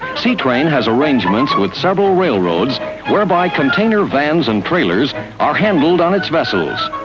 seatrain has arrangements with several railroads whereby container vans and trailers are handled on its vessels.